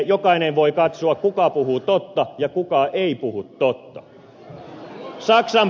jokainen voi katsoa kuka puhuu totta ja kuka ei puhu totta